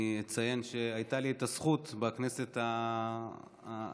אני אציין שהייתה לי הזכות בכנסת האחרונה,